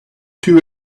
two